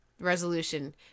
resolution